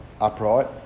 upright